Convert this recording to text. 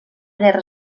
guerra